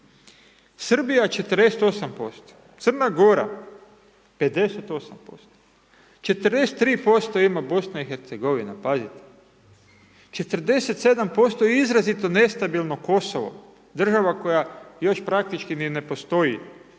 Srbija 48%, Crna Gora 58%, 43% ima BIH pazite 47% izrazito nestabilno Kosovo, država koja još praktički ni ne postoji